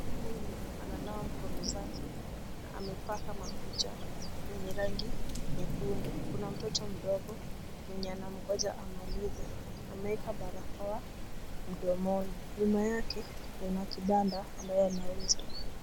Mama huyu ananawa mkono zake na amepaka makucha yenye rangi nyekundu. Kuna mtoto mdogo mwenye anamngoja amalize. Ameweka barakoa mdomoni. Nyuma yake kuna kibanda ambaye anauza.